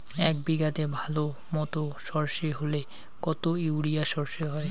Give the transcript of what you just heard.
এক বিঘাতে ভালো মতো সর্ষে হলে কত ইউরিয়া সর্ষে হয়?